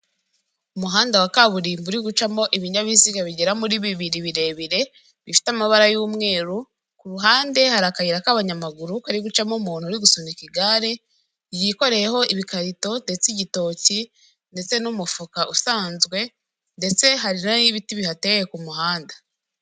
Umuhanda wa kaburimbo uri gucamo ibinyabiziga bigera muri bibiri birebire bifite amabara y'umweru ku ruhande hari akayira k'abanyamaguru kari gucamo umuntu uri gusunika igare yikoreyeho ibikarito ndetse igitoki ndetse n'umufuka usanzwe ndetse hari n'ay'ibiti bihateye ku k'umuhanda.